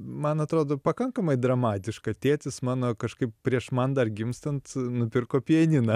man atrodo pakankamai dramatiška tėtis mano kažkaip prieš man dar gimstant nupirko pianiną